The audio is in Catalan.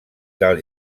del